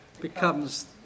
becomes